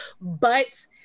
But-